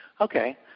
Okay